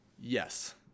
yes